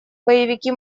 боевики